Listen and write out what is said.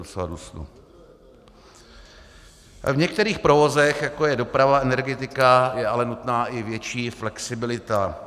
V některých provozech, jako je doprava, energetika, je ale nutná i větší flexibilita.